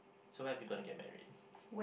so where are we going to get married